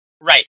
Right